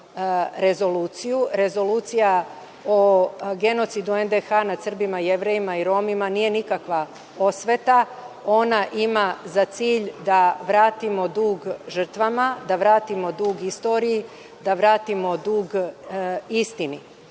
Rezolucija o genocidu NDH nad Srbima, Jevrejima i Romima nije nikakva osveta, ona ima za cilj da vratimo dug žrtvama, da vratimo dug istoriji, da vratimo dug istini.